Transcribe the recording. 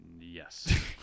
Yes